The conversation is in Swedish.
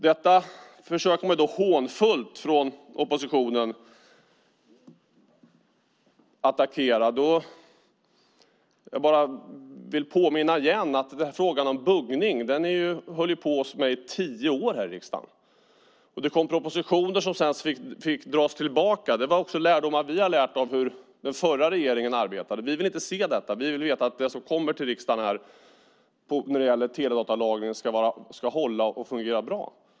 Detta försöker man hånfullt från oppositionen att attackera. Men jag vill påminna igen om att frågan om buggning behandlades här i riksdagen under tio år. Det kom propositioner som sedan fick dras tillbaka. Vi har dragit lärdom av hur den förra regeringen arbetade. Vi vill inte se detta. Vi vill veta att det som kommer till riksdagen när det gäller teledatalagen ska hålla och fungera bra.